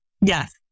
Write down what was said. Yes